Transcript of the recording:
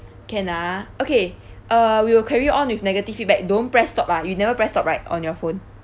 can ah okay uh we will carry on with negative feedback don't press stop ah you never press stop right on your phone